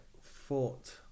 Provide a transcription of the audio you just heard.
fought